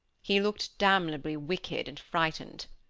he looked damnably wicked and frightened.